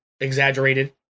exaggerated